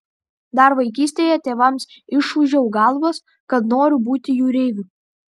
dar vaikystėje tėvams išūžiau galvas kad noriu būti jūreiviu